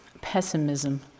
pessimism